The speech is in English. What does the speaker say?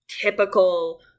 typical